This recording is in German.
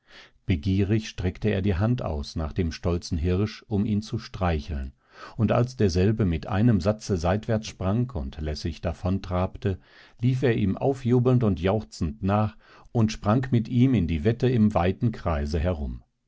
begierig streckte er die hand aus nach dem stolzen hirsch um ihn zu streicheln und als derselbe mit einem satze seitwärts sprang und lässig davontrabte lief er ihm aufjubelnd und jauchzend nach und sprang mit ihm in die wette im weiten kreise herum